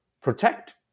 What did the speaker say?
protect